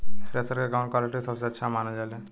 Thresher के कवन quality सबसे अच्छा मानल जाले?